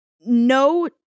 no